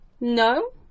No